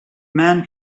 man